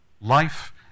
Life